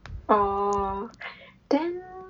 oh then